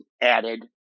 added